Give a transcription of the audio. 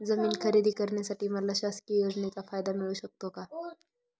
जमीन खरेदी करण्यासाठी मला शासकीय योजनेचा फायदा मिळू शकतो का?